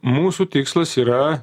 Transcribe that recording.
mūsų tikslas yra